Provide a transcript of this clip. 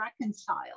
reconciled